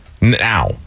Now